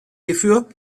hierfür